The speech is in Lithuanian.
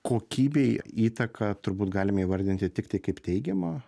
kokybei įtaką turbūt galime įvardinti tiktai kaip teigiamą